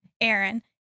Aaron